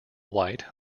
white